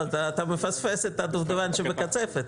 אתה מפספס את הדובדבן שבקצפת,